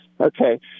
Okay